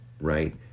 right